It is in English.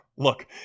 Look